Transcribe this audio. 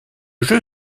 jeu